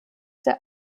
der